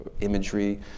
imagery